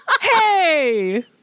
hey